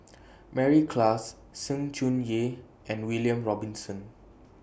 Mary Klass Sng Choon Yee and William Robinson